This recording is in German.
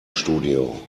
studio